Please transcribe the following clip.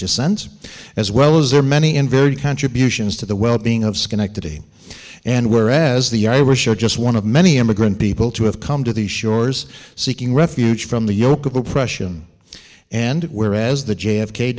descent as well as their many and varied contributions to the well being of schenectady and whereas the irish are just one of many immigrant people to have come to the shores seeking refuge from the yoke of oppression and whereas the j